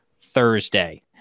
Thursday